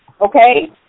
okay